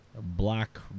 black